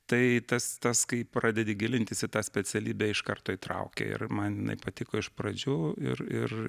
tai tas tas kai pradedi gilintis į tą specialybę iš karto įtraukia ir man jinai patiko iš pradžių ir ir